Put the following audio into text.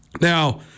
Now